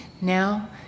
now